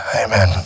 Amen